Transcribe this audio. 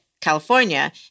California